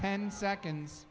ten seconds